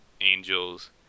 angels